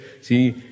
See